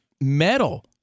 metal